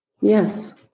Yes